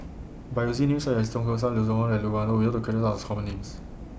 By using Names such as Tan Keong Saik Hong and Loke Wan Tho We Hope to Common Names